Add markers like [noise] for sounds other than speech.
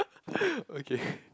[laughs] okay